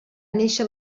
néixer